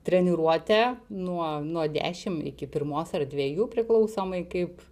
treniruotė nuo nuo dešimt iki pirmos ar dviejų priklausomai kaip